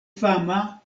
fama